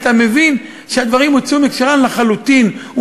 היית מבין שהדברים הוצאו מהקשרם לחלוטין.